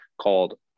called